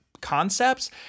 concepts